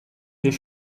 des